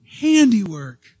handiwork